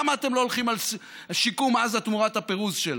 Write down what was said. למה אתם לא הולכים על שיקום עזה תמורת הפירוז שלה?